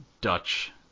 Dutch